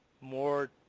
more